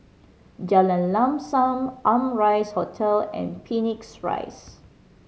Jalan Lam Sam Amrise Hotel and Phoenix Rise